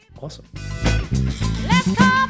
awesome